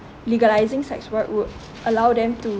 legalising sex work would allow them to